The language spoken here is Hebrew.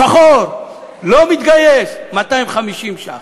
שחור, לא מתגייס, 250 ש"ח.